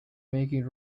making